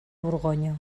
borgonya